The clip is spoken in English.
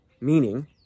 meaning